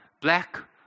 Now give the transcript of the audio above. Black